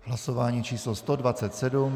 Hlasování číslo 127.